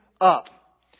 up